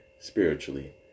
spiritually